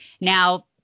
now